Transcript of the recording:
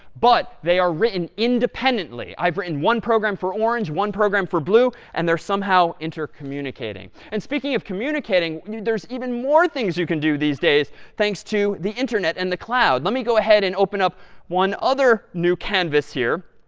but they are written independently. i've written one program for orange, one program for blue, and they're somehow communicating. and speaking of communicating, there's even more things you can do these days thanks to the internet and the cloud. let me go ahead and open up one other new canvas here.